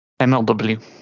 MLW